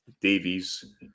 Davies